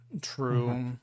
true